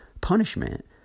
punishment